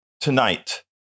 tonight